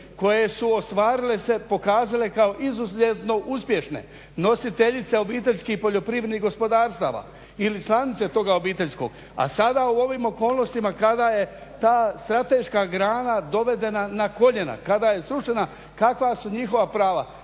koje su ostvarile i pokazale se kao izuzetno uspješne, nositeljice OPG-a ili članice toga obiteljskog. A sada u ovim okolnostima kada je ta strateška grana dovedena na koljena, kada je srušena, kakva su njihova prava?